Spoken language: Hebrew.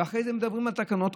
ואחרי זה מדברים על תקנות.